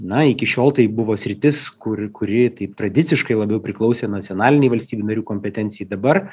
na iki šiol tai buvo sritis kur kuri taip tradiciškai labiau priklausė nacionalinei valstybių narių kompetencijai dabar